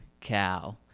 cow